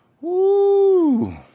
Woo